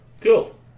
cool